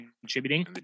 contributing